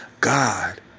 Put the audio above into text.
God